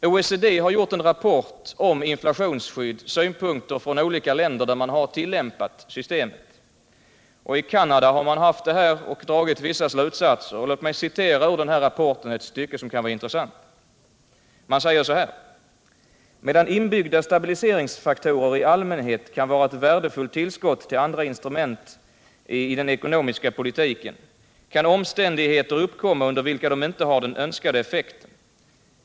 OECD har utarbetat en rapport om inflationsskyddet med synpunkter från olika länder, där man tillämpat systemet. Så är fallet i Canada, och man har där dragit vissa slutsatser. Låt mig ur rapporten citera ett stycke som kan vara intressant: ”Medan inbyggda stabiliseringsfaktorer i allmänhet kan vara ett värdefullt tillskott till andra instrument i den ekonomiska politiken kan omständigheter uppkomma under vilka de inte har den önskade effekten.